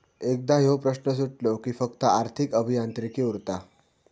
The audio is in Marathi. एकदा ह्यो प्रश्न सुटलो कि फक्त आर्थिक अभियांत्रिकी उरता